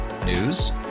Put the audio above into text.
News